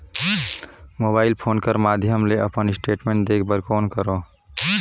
Mobile phone कर माध्यम ले अपन स्टेटमेंट देखे बर कौन करों?